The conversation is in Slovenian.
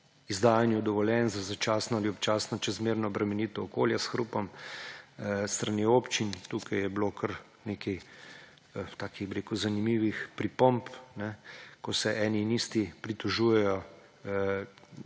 izdajanju dovoljenj za začasna ali občasno čezmerno obremenitev okolja s hrupom s strani občin. Bilo je kar nekaj takih zanimivih pripomb, ko se eni in isti pritožujejo